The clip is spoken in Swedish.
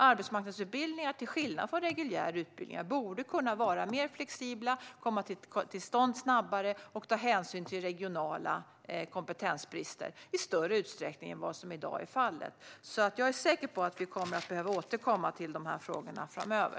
Till skillnad från reguljära utbildningar borde arbetsmarknadsutbildningar kunna vara mer flexibla, komma till stånd snabbare och ta hänsyn till regionala kompetensbrister i större utsträckning än vad som i dag är fallet. Jag är säker på att vi kommer att behöva återkomma till dessa frågor framöver.